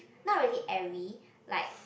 not really every like